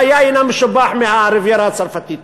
היין המשובח מהריביירה הצרפתית.